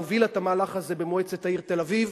הובילה את המהלך הזה במועצת העיר תל-אביב,